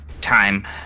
time